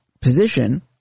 position